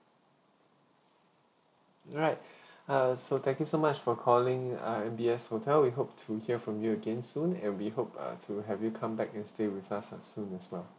alright uh so thank you so much for calling uh M B S hotel we hope to hear from you again soon and we hope uh to have you come back and stay with us uh soon as well